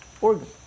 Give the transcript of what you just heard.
organ